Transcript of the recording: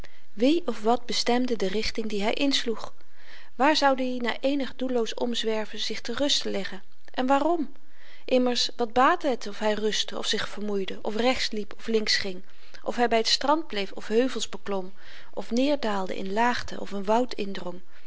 wie of wat bestemde de richting die hy insloeg waar zoud i na eenig doelloos omzwerven zich ter ruste leggen en waarom immers wat baatte het of hy rustte of zich vermoeide of rechts liep of links ging of hy by t strand bleef of heuvels beklom of neerdaalde in laagten of n woud